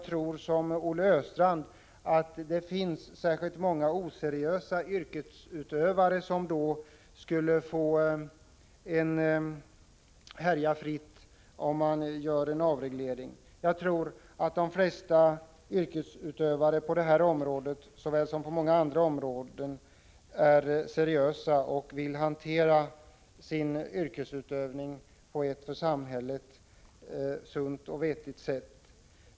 Visserligen tror jag inte att det finns särskilt många oseriösa yrkesutövare som då skulle börja härja fritt — jag tror att de flesta yrkesutövare här som på många andra områden är seriösa och vill utöva sitt yrke på ett sunt och vettigt sätt.